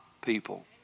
people